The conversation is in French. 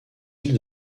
îles